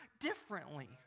differently